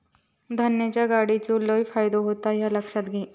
धान्याच्या गाडीचो लय फायदो होता ह्या लक्षात घे